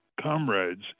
comrades